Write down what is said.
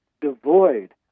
devoid